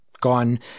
gone